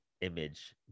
image